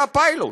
היה פיילוט.